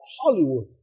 Hollywood